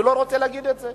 אני לא רוצה להגיד את זה.